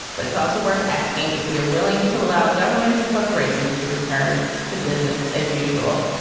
but it's also worth asking if we are willing to allow governments and corporations to return to business as usual.